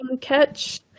catch